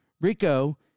Rico